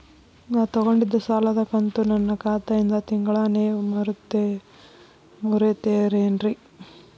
ನಾ ತೊಗೊಂಡಿದ್ದ ಸಾಲದ ಕಂತು ನನ್ನ ಖಾತೆಯಿಂದ ತಿಂಗಳಾ ನೇವ್ ಮುರೇತೇರೇನ್ರೇ?